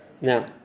Now